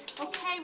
Okay